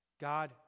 God